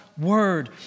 word